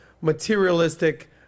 materialistic